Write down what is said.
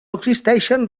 existeixen